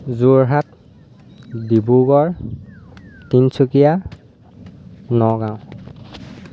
Jorhat Dibrugarh Tinsukia Nagaon